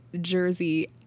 jersey